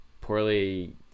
poorly